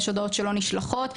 יש הודעות שלא נשלחות,